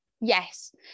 Yes